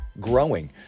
growing